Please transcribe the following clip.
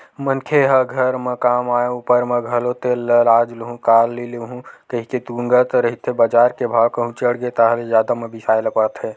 मनखे ह घर म काम आय ऊपर म घलो तेल ल आज लुहूँ काली लुहूँ कहिके तुंगत रहिथे बजार के भाव कहूं चढ़गे ताहले जादा म बिसाय ल परथे